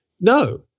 No